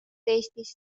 eestis